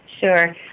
Sure